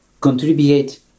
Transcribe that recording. contribute